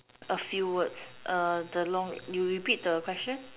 a few words the long you repeat the question